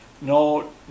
no